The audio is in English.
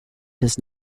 does